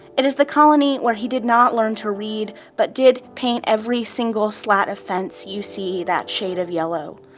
it is the colony where he did not learn to read but did paint every single slat of fence you see that shade of yellow,